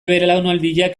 belaunaldiak